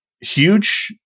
huge